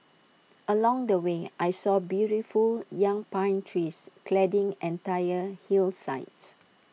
along the way I saw beautiful young pine trees cladding entire hillsides